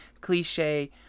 cliche